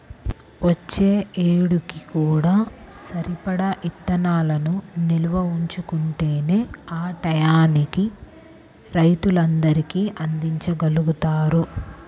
వచ్చే ఏడుకి కూడా సరిపడా ఇత్తనాలను నిల్వ ఉంచుకుంటేనే ఆ టైయ్యానికి రైతులందరికీ అందిచ్చగలుగుతారు